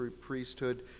priesthood